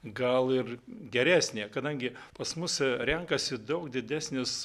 gal ir geresnė kadangi pas mus renkasi daug didesnis